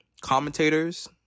commentators